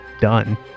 Done